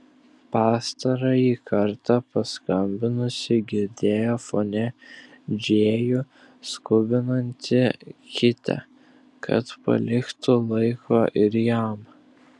pastarąjį kartą paskambinusi girdėjo fone džėjų skubinantį kitę kad paliktų laiko ir jam